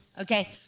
okay